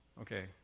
Okay